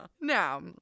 Now